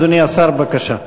אדוני השר, בבקשה.